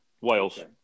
Wales